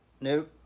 nope